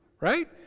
Right